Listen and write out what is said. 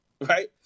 right